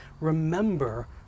Remember